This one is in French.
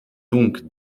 donc